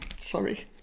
Sorry